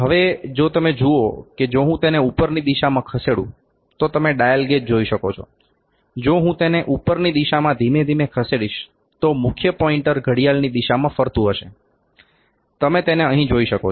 હવે જો તમે જુઓ કે જો હું તેને ઉપરની દિશામાં ખસેડું તો તમે ડાયલ ગેજ જોઈ શકો છો જો હું તેને ઉપરની દિશામાં ધીમે ધીમે ખસેડીશ તો મુખ્ય પોઇન્ટર ઘડિયાળની દિશામાં ફરતુ હશે તમે તેને અહીં જોઈ શકો છો